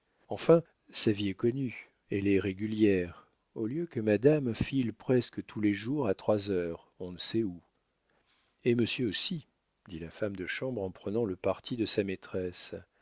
enfin sa vie est connue elle est régulière au lieu que madame file presque tous les jours à trois heures on ne sait où et monsieur aussi dit la femme de chambre en prenant le parti de sa maîtresse